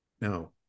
Now